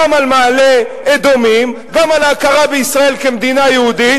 אתה יודע שזה לא נכון.